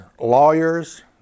lawyers